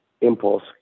impulse